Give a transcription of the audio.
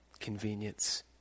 convenience